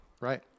Right